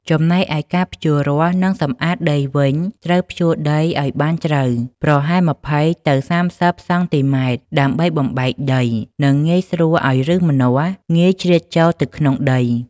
ចំណែកឯការភ្ជួររាស់ និងសម្អាតដីវិញត្រូវភ្ជួរដីឲ្យបានជ្រៅ (ប្រហែល ២០ ទៅ ៣០ សង់ទីម៉ែត្រ) ដើម្បីបំបែកដី និងងាយស្រួលឲ្យឫសម្នាស់ងាយជ្រៀតចូលទៅក្នុងដី។